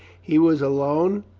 he was alone,